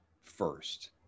first